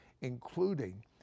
including